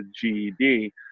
GED